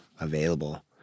available